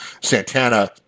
Santana